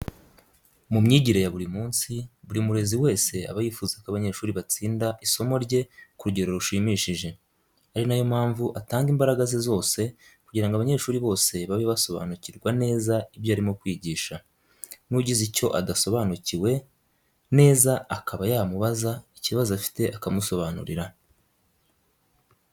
Mu myigire ya buri munsi, buri murezi wese aba yifuza ko abanyeshuri batsinda isomo rye ku rugero rushimishije, ari na yo mpamvu atanga imbaraga ze zose kugira ngo abanyeshuri bose babe basobanukirwa neza ibyo arimo kwigisha, nugize icyo adasobanukiwe neza akaba yamubaza ikibazo afite akamusobanurira.